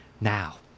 now